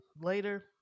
later